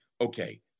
Okay